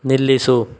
ನಿಲ್ಲಿಸು